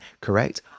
correct